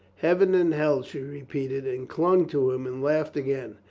heaven and hell, she repeated and clung to him and laughed again.